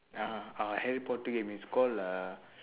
uh uh harry potter game it's called uh